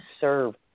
serve